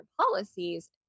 policies